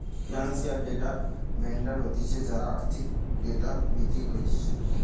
financial data vendor হতিছে যারা আর্থিক ডেটা বিক্রি করতিছে